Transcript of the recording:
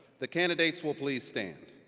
the candidates will please stand.